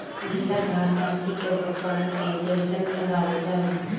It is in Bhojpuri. गिला घास माटी के ऊपर परत के जइसन लगावल जाला